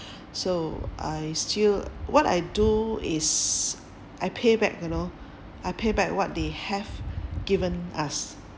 so I still what I do is I pay back you know I pay back what they have given us